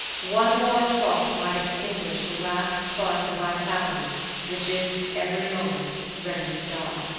one more assault might extinguish the last spark of vitality which is, every moment, ready to die.